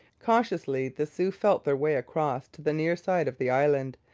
cautiously the sioux felt their way across to the near side of the island,